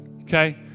Okay